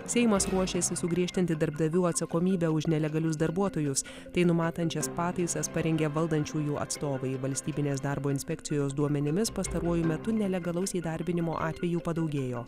seimas ruošiasi sugriežtinti darbdavių atsakomybę už nelegalius darbuotojus tai numatančias pataisas parengė valdančiųjų atstovai valstybinės darbo inspekcijos duomenimis pastaruoju metu nelegalaus įdarbinimo atvejų padaugėjo